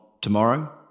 tomorrow